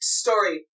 story